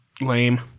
Lame